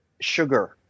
sugar